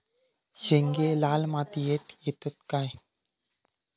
शेंगे लाल मातीयेत येतत काय?